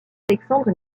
alexandre